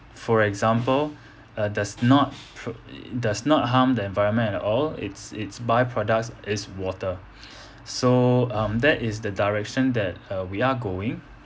for example uh does not pro~ does not harm the environment at all it's it's byproducts is water so um that is the direction that uh we are going